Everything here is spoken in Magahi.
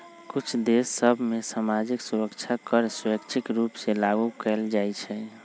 कुछ देश सभ में सामाजिक सुरक्षा कर स्वैच्छिक रूप से लागू कएल जाइ छइ